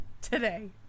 Today